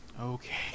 okay